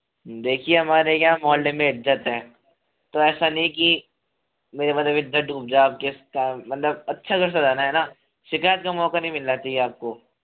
देखिये हमारे यहाँ मोहल्ले में इज्ज़त है तो ऐसा नहीं की मेरे मतलब इज्ज़त डूब जाये आपके काम मतलब अच्छा घर सजाना है न शिकायत का मौका नहीं मिलना चाहिए आपको